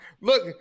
Look